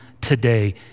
today